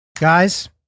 Guys